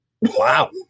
Wow